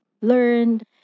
learned